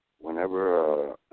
whenever